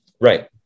Right